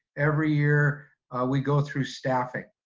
every year we go through staffing,